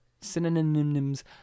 Synonyms